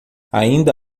ainda